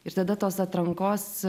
ir tada tos atrankos